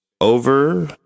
over